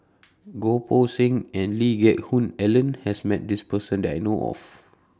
Goh Poh Seng and Lee Geck Hoon Ellen has Met This Person that I know of